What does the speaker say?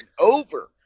over